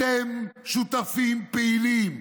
אתם שותפים פעילים,